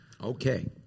Okay